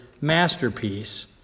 masterpiece